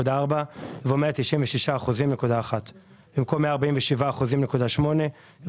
24 ו-27 לחוק נכי המלחמה בנאצים,